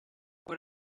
what